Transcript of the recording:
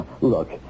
Look